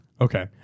Okay